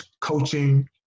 coaching